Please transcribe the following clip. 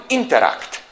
interact